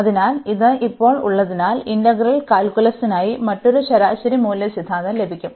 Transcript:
അതിനാൽ ഇത് ഇപ്പോൾ ഉള്ളതിനാൽ ഇന്റഗ്രൽ കാൽക്കുലസിനായി മറ്റൊരു ശരാശരി മൂല്യ സിദ്ധാന്തം ലഭിക്കും